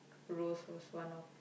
rose was one of